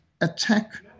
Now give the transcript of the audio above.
attack